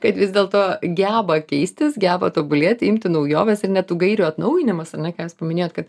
kad vis dėlto geba keistis geba tobulėt imti naujoves ir net tų gairių atnaujinimas ar ne ką jūs paminėjot kad